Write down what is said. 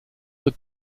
the